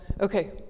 okay